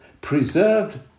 Preserved